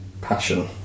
passion